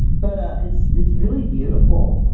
but ah it's it's really beautiful!